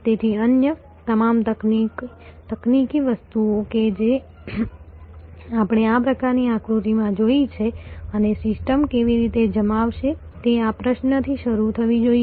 તેથી અન્ય તમામ તકનીકી વસ્તુઓ કે જે આપણે આ પ્રકારની આકૃતિમાં જોઈ છે અને સિસ્ટમ કેવી રીતે જમાવશે તે આ પ્રશ્નથી શરૂ થવી જોઈએ